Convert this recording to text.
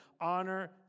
honor